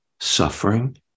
Suffering